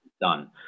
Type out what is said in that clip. done